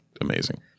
amazing